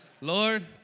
Lord